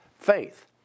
faith